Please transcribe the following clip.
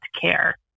care